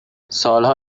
سالها